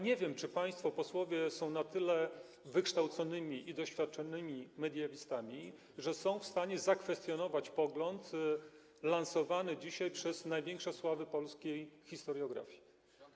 Nie wiem, czy państwo posłowie są na tyle wykształconymi i doświadczonymi mediewistami, że są w stanie zakwestionować pogląd lansowany dzisiaj przez największe sławy polskiej historiografii.